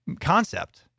concept